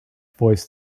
voice